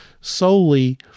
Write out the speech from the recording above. solely